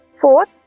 Fourth